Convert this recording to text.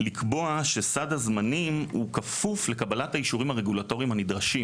או לקבוע שסעד הזמנים הוא כפוף לקבלת האישורים הרגולטוריים הנדרשים.